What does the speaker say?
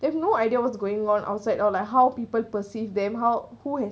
if no idea what's going on outside or like how people perceive them how who has